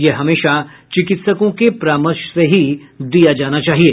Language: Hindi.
ये हमेशा चिकित्सकों के परामर्श से ही दिया जाना चाहिए